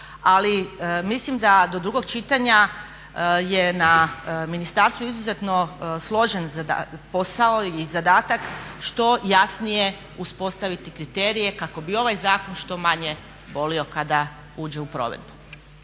Ali, mislim da do drugog čitanja je na ministarstvu izuzetno složen posao i zadatak što jasnije uspostaviti kriterije kako bi ovaj zakon što manje bolio kada uđe u provedbu.